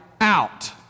out